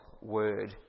word